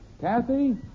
Kathy